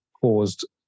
caused